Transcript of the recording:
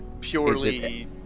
purely